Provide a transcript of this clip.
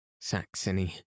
Saxony